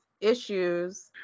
issues